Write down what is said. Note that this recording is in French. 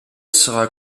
sera